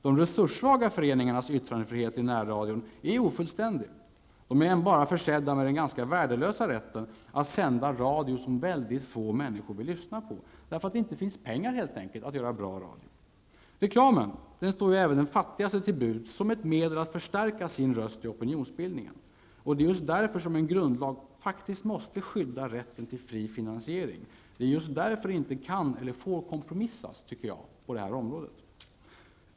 De resurssvaga föreningarnas yttrandefrihet i närradion är ofullständig. De är endast försedda med den ganska värdelösa rätten att sända radio, som väldigt få människor vill lyssna på, därför att det inte finns pengar att göra bra radio. Reklamen står även den fattigaste till buds som ett medel att förstärka sin röst i opinionsbildningen. Det är just därför som en grundlag måste skydda rätten till fri finansiering. Det är just därför det inte kan eller får kompromissas på detta område.